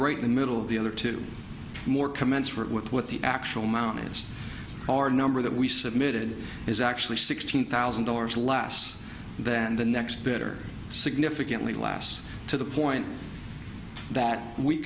right in the middle of the other two more commensurate with what the actual mounted our number that we submitted is actually sixteen thousand dollars less than the next bit or significantly less to the point that we